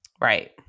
Right